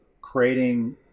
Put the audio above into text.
creating